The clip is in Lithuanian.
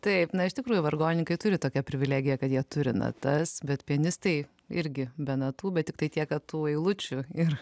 taip na iš tikrųjų vargonininkai turi tokią privilegiją kad jie turi natas bet pianistai irgi be natų bet tiktai tiek tų eilučių ir